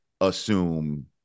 assume